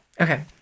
Okay